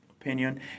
opinion